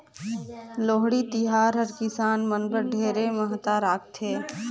लोहड़ी तिहार हर किसान मन बर ढेरे महत्ता राखथे